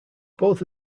both